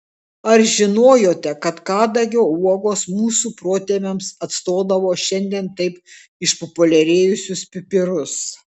ar žinojote kad kadagio uogos mūsų protėviams atstodavo šiandien taip išpopuliarėjusius pipirus